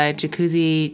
jacuzzi